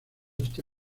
este